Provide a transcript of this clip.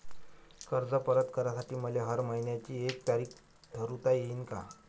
कर्ज परत करासाठी मले हर मइन्याची एक तारीख ठरुता येईन का?